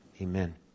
Amen